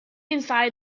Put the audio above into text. inside